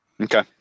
Okay